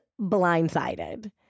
blindsided